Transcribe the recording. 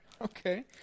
okay